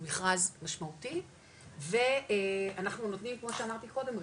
הוא מכרז משמעותי ואנחנו נותנים כמו שאמרתי קודם,